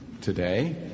today